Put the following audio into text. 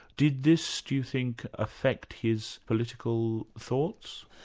did this, do you think, affect his political thoughts?